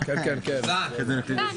13:32.